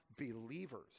believers